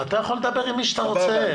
אתה יכול לדבר עם מי שאתה רוצה.